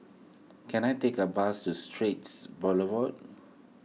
can I take a bus to Straits Boulevard